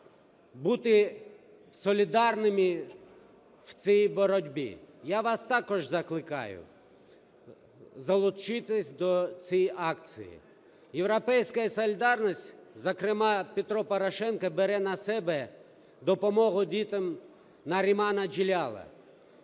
бути солідарними в цій боротьбі. Я вас також закликаю залучитись до цієї акції. "Європейська солідарність", зокрема Петро Порошенко, бере на себе допомогу дітям Нарімана Джелялова.